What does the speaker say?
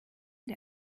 der